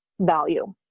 value